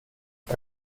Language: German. bei